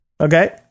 Okay